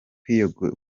kwiyongera